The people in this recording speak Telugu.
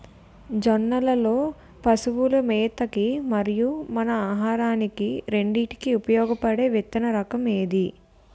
జొన్నలు లో పశువుల మేత కి మరియు మన ఆహారానికి రెండింటికి ఉపయోగపడే విత్తన రకం ఏది?